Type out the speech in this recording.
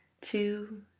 two